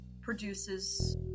produces